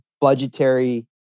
budgetary